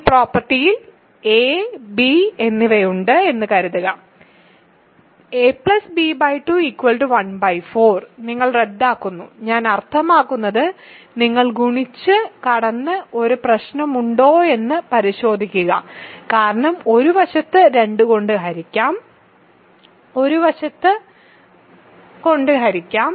ഈ പ്രോപ്പർട്ടിയിൽ a b എന്നിവയുണ്ട് എന്ന് കരുതുക ab2 ¼ നിങ്ങൾ റദ്ദാക്കുന്നു ഞാൻ അർത്ഥമാക്കുന്നത് നിങ്ങൾ ഗുണിച്ച് കടന്ന് ഒരു പ്രശ്നമുണ്ടോയെന്ന് പരിശോധിക്കുക കാരണം ഒരു വശത്തെ 2 കൊണ്ട് ഹരിക്കാം ഒരു വശം കൊണ്ട് ഹരിക്കാം